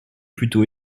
plutôt